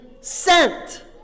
Sent